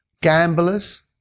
gamblers